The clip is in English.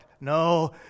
No